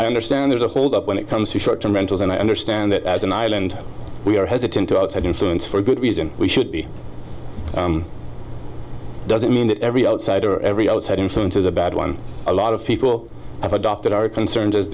i understand there's a hold up when it comes to short term rentals and i understand that as an island we are hesitant to outside influence for good reason we should be doesn't mean that every outside or every outside influence is a bad one a lot of people have adopted our concerns as